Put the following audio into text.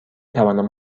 توانم